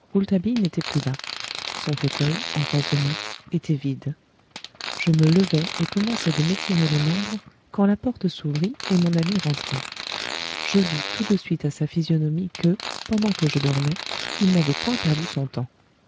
n'était plus là son fauteuil en face de moi était vide je me levai et commençai à m'étirer les membres quand la porte s'ouvrit et mon ami rentra je vis tout de suite à sa physionomie que pendant que je dormais il n'avait point perdu son temps